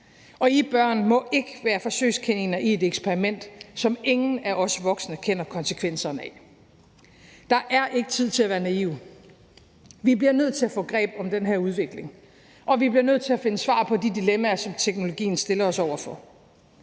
I børn må ikke være forsøgskaniner i et eksperiment, som ingen af os voksne kender konsekvenserne af. Der er ikke tid til at være naive. Vi bliver nødt til at få greb om den her udvikling, og vi bliver nødt til at finde svar på de dilemmaer, som teknologien stiller os overfor.